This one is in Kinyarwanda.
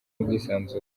n’ubwisanzure